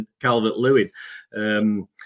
Calvert-Lewin